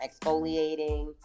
exfoliating